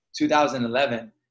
2011